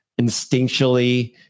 instinctually